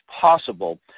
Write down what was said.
possible